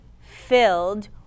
filled